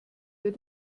wir